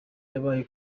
yabaye